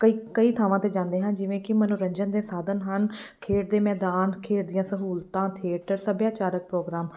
ਕਈ ਕਈ ਥਾਵਾਂ 'ਤੇ ਜਾਂਦੇ ਹਾਂ ਜਿਵੇਂ ਕਿ ਮਨੋਰੰਜਨ ਦੇ ਸਾਧਨ ਹਨ ਖੇਡ ਦੇ ਮੈਦਾਨ ਖੇਡਦੀਆਂ ਸਹੂਲਤਾਂ ਥੀਏਟਰ ਸੱਭਿਆਚਾਰਕ ਪ੍ਰੋਗਰਾਮ